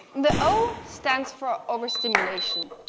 the o stands for overstimulation.